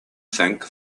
think